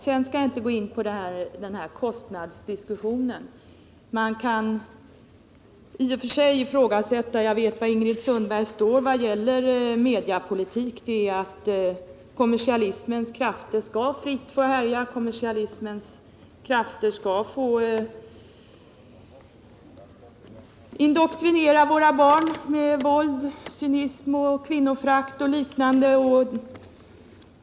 Jag skall inte gå in på någon diskussion om kostnaderna. Jag vet var Ingrid Sundberg står i fråga om mediapolitik: kommersialismens krafter skall fritt få härja och få indoktrinera våra barn med våld, cynism, kvinnoförakt och liknande.